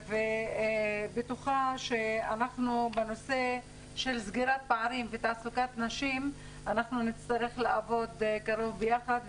אני בטוחה שבנושא של סגירת פערים ותעסוקת נשים נצטרך לעבוד קרוב ביחד,